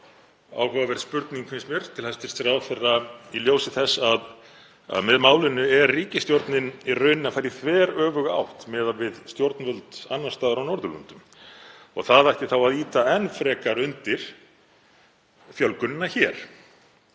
áhugaverð spurning, finnst mér, til hæstv. ráðherra í ljósi þess að með málinu er ríkisstjórnin í raun að fara í þveröfuga átt miðað við stjórnvöld annars staðar á Norðurlöndum. Það ætti þá að ýta enn frekar undir fjölgunina hér.